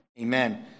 amen